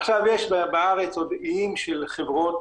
עכשיו יש בארץ עוד איים של חברות,